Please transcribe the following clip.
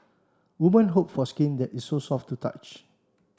women hope for skin that is soft to the touch